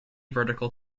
vertical